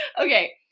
okay